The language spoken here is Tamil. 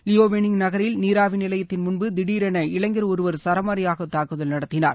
லியாவோனிங் நகரில் நீராவி நிலையத்தின் முன்பு திடீரென இளைஞர் ஒருவர் சரமாரியாக தாக்குதல் நடத்தினார்